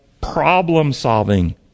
problem-solving